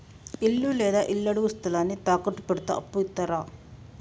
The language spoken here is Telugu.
ఇల్లు లేదా ఇళ్లడుగు స్థలాన్ని తాకట్టు పెడితే అప్పు ఇత్తరా?